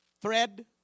thread